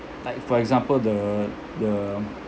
like for example the the